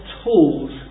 tools